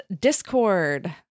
Discord